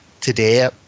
today